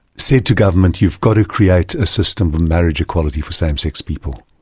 said to government you've got to create a system of marriage equality for same-sex people.